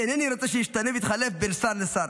ואינני רוצה שהוא ישתנה בין שר לשר.